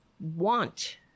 want